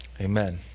amen